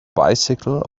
bicycle